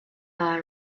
war